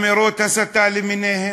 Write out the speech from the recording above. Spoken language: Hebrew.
באמירות הסתה למיניהן.